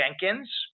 Jenkins